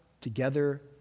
together